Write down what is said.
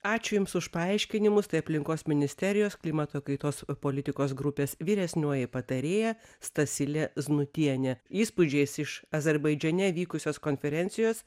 ačiū jums už paaiškinimus tai aplinkos ministerijos klimato kaitos politikos grupės vyresnioji patarėja stasilė znutienė įspūdžiais iš azerbaidžane vykusios konferencijos